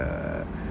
uh